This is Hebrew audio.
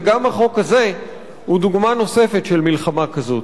וגם החוק הזה הוא דוגמה נוספת של מלחמה כזאת.